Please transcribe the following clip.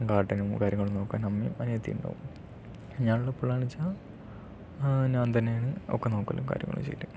ഗാർഡനും കാര്യങ്ങളൊക്കെ നോക്കാൻ അമ്മയും അനിയത്തിയും ഉണ്ടാകും ഞാൻ ഉള്ളപ്പോൾ എന്ന് വെച്ചാൽ ഞാൻ തന്നെയാണ് ഒക്കെ നോക്കലും കാര്യങ്ങളും ചെയ്യല്